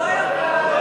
הוא לא יכול.